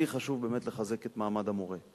לי חשוב באמת לחזק את מעמד המורה,